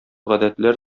гадәтләр